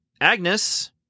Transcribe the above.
Agnes